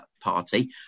party